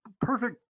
perfect